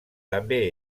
també